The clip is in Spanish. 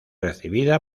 recibida